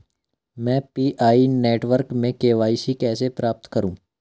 मैं PI network में KYC कैसे प्राप्त करूँ?